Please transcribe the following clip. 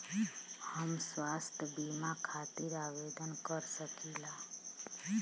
हम स्वास्थ्य बीमा खातिर आवेदन कर सकीला?